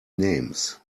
names